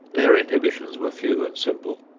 their inhibitions were few and simple.